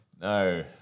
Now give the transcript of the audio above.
No